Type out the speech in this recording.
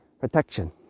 protection